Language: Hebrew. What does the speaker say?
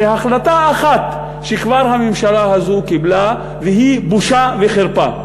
שהחלטה אחת שכבר הממשלה הזו קיבלה והיא בושה וחרפה,